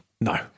No